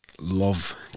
love